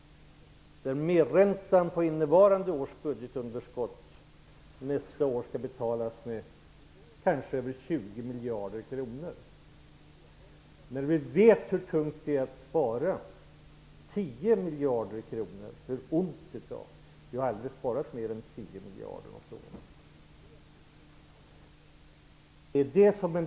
Räntan på innevarande års budgetunderskott skall betalas nästa år med kanske över 20 miljarder kronor. Vi vet hur tungt det är att spara in 10 miljarder kronor. Vi har aldrig sparat mer än 10 miljarder kronor.